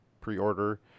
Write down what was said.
pre-order